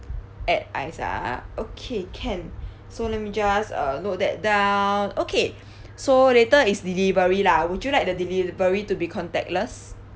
add ice ah okay can so let me just uh note that down okay so later is delivery lah would you like the delivery to be contactless